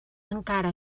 encara